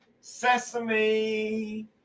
sesame